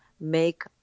make